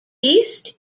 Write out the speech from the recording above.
east